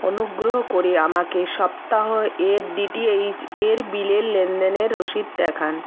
অনুগ্রহ করে আমাকে সপ্তাহ এর ডি টি এইচ এর বিলের লেনদেনের রসিদ দেখান